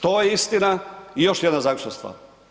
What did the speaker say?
To je istina i još jedna zaključna stvar.